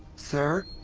sir!